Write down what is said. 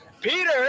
Peter